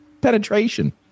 penetration